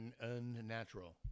unnatural